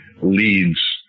leads